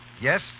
Yes